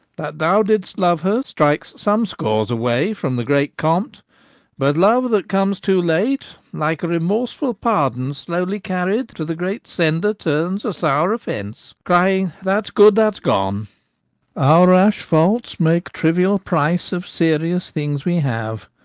that thou didst love her, strikes some scores away from the great compt but love that comes too late, like a remorseful pardon slowly carried, to the great sender turns a sour offence, crying that's good that's gone our rash faults make trivial price of serious things we have,